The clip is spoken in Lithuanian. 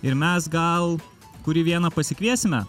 ir mes gal kurį vieną pasikviesime